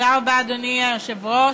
אדוני היושב-ראש,